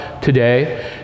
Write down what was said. today